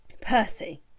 Percy